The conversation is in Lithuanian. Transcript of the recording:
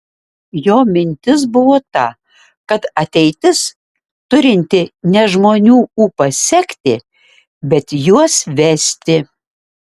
jo mintis buvo ta kad ateitis turinti ne žmonių ūpą sekti bet juos vesti